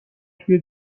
توی